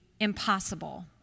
impossible